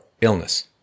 illness